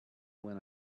when